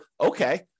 okay